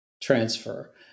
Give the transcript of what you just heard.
transfer